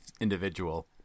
individual